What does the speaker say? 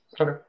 Okay